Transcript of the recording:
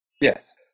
Yes